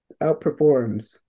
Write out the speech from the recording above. outperforms